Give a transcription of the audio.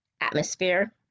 atmosphere